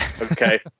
Okay